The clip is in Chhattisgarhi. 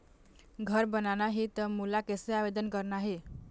घर बनाना ही त मोला कैसे आवेदन करना हे?